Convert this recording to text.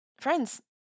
friends